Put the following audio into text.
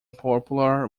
popular